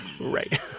Right